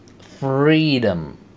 Freedom